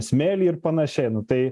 smėlį ir panašiai tai